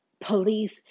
police